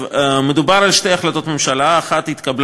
מדובר על שתי החלטות ממשלה: האחת התקבלה